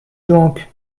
donc